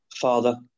Father